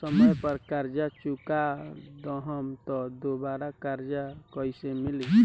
समय पर कर्जा चुका दहम त दुबाराकर्जा कइसे मिली?